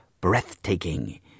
breathtaking